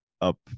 up